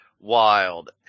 wild